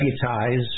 deputize